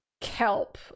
kelp